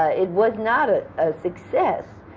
ah it was not a ah success